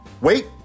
Wait